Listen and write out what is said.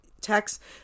Text